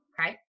Okay